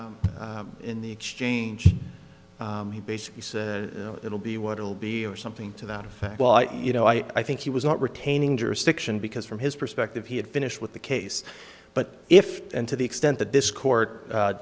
in the exchange he basically said it will be what it will be or something to that effect well you know i think he was not retaining jurisdiction because from his perspective he had finished with the case but if and to the extent that this co